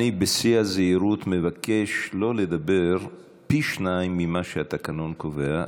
אני בשיא הזהירות מבקש שלא לדבר פי שניים ממה שהתקנון קובע.